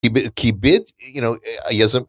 כיבד, כיבד, you know, היזם.